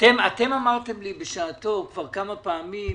אמרתם לי בשעתו כבר כמה פעמים: